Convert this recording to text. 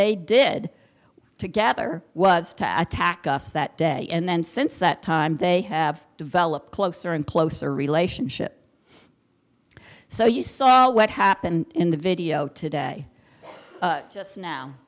they did together was to attack us that day and then since that time they have developed closer and closer relationship so you saw what happened in the video today just now